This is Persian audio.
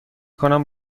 کنم